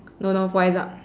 no no for exa~